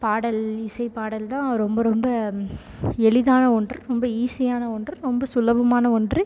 பாடல் இசை பாடல் தான் ரொம்ப ரொம்ப எளிதான ஒன்று ரொம்ப ஈஸியான ஒன்று ரொம்ப சுலபமான ஒன்று